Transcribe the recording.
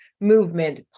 movement